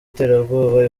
iterabwoba